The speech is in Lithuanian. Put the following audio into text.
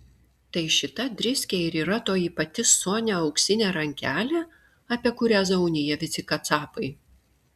tai šita driskė ir yra toji pati sonia auksinė rankelė apie kurią zaunija visi kacapai